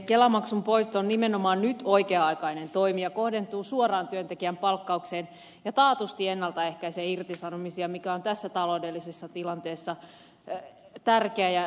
kelamaksun poisto on nimenomaan nyt oikea aikainen toimi ja kohdentuu suoraan työntekijän palkkaukseen ja taatusti ennaltaehkäisee irtisanomisia mikä on tässä taloudellisessa tilanteessa tärkeää